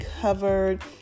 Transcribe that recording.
covered